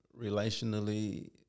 relationally